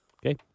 Okay